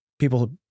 people